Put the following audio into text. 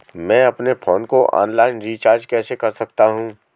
मैं अपने फोन को ऑनलाइन रीचार्ज कैसे कर सकता हूं?